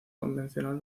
convencional